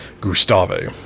Gustave